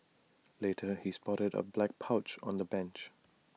later he spotted A black pouch on the bench